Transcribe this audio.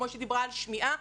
כמו שמיעה,